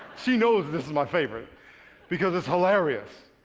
she knows this is my favorite because it's hilarious.